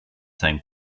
same